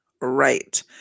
right